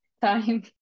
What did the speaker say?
time